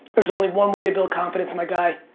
there's only one way to build confidence, my guy,